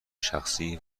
شخصی